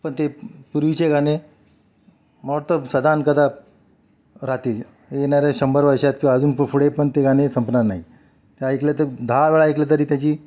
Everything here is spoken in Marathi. पण ते पूर्वीचे गाणे मला वाटतं सदानकदा राहतील येणाऱ्या शंभर वर्षात किंवा अजून पुढे पण ते गाणे संपणार नाही ते ऐकलं तर दहा वेळा ऐकलं तरी त्याची